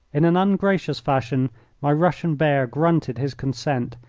in an ungracious fashion my russian bear grunted his consent,